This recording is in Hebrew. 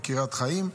בקריית חיים,